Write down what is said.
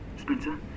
Spencer